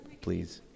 please